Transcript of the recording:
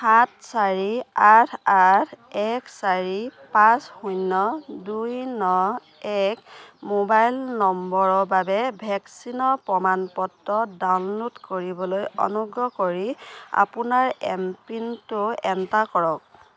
সাত চাৰি আঠ আঠ এক চাৰি পাঁচ শূন্য দুই ন এক ম'বাইল নম্বৰৰ বাবে ভেকচিনৰ প্ৰমাণ পত্ৰ ডাউনলোড কৰিবলৈ অনুগ্ৰহ কৰি আপোনাৰ এম পিনটো এণ্টাৰ কৰক